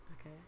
Okay